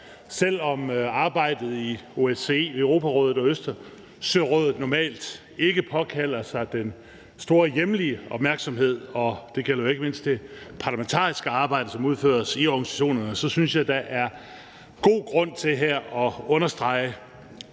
Selv om arbejdet i OSCE, Europarådet og Østersørådet normalt ikke påkalder sig den store hjemlige opmærksomhed – det gælder jo ikke mindst det parlamentariske arbejde, som udføres i organisationerne – så synes jeg, der er god grund til her at understrege,